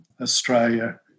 Australia